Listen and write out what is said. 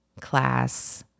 class